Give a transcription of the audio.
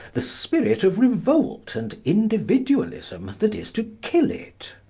the spirit of revolt and individualism that is to kill it.